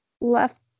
left